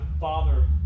Father